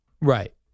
Right